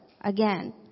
again